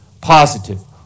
positive